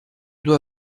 dois